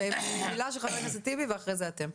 מילה של חבר הכנסת טיבי ואחרי זה אתם.